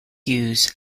left